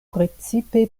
precipe